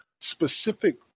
specific